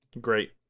Great